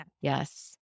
Yes